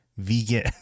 vegan